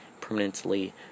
permanently